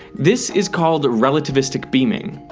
this is called relativistic beaming.